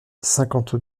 cinquante